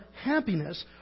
happiness